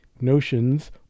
notions